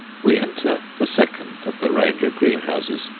we enter the second of the range of greenhouses,